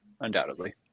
undoubtedly